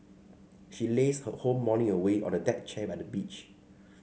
she lazed her whole morning away on the deck chair by the beach